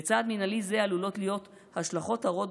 לצעד מינהלי זה עלולות להיות השלכות הרות